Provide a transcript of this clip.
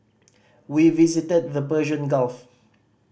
we visited the Persian Gulf